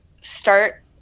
start